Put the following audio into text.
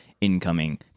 incoming